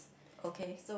okay